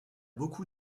beaucoup